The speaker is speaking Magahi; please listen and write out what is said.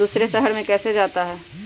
दूसरे शहर मे कैसे जाता?